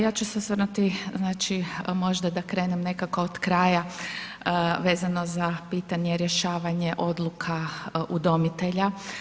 Ja ću se osvrnuti, možda da krenem nekako od kraja vezano za pitanje rješavanja odluka udomitelja.